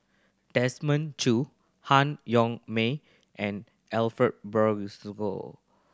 Desmond Choo Han Yong May and Ariff Bongso